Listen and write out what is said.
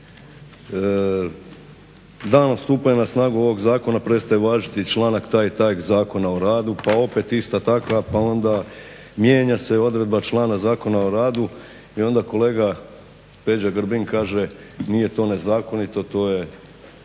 danom stupanja na snagu ovog zakona prestaje važiti članak taj i taj Zakona o radu, pa opet ista takva, pa onda mijenja se odredba člana Zakona o radu. I onda kolega Peđa Grbin kaže nije to nezakonito, to je